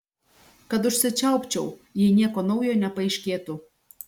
kad užsičiaupčiau jei nieko naujo nepaaiškėtų